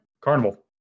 Carnival